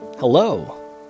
Hello